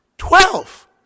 Twelve